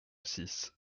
six